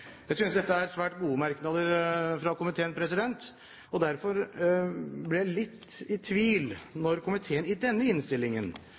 Jeg synes dette er svært gode merknader fra komiteen. Derfor blir jeg litt i tvil når komiteen – i hvert fall et flertall i komiteen – i denne innstillingen